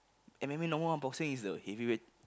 M_M_A number one boxing is the heavyweight